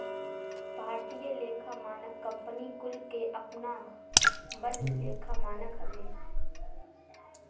भारतीय लेखा मानक कंपनी कुल के अपनावल लेखा मानक हवे